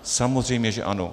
Samozřejmě že ano.